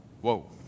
Whoa